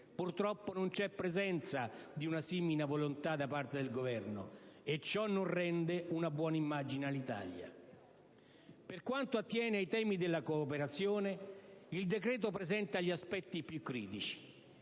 Purtroppo, non c'è presenza di una simile volontà da parte del Governo e ciò non rende una buona immagine all'Italia. Per quanto attiene ai temi della cooperazione, il decreto-legge presenta gli aspetti più critici.